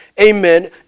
Amen